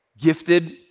gifted